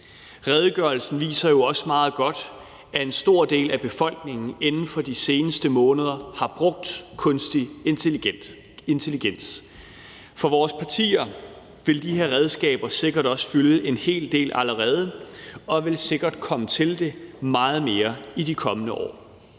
Redegørelsen viser jo også meget godt, at en stor del af befolkningen inden for de seneste måneder har brugt kunstig intelligens. For vores partier vil de her redskaber sikkert også fylde en hel del allerede og vil sikkert komme til det meget mere i de kommende år.